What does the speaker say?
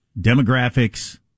demographics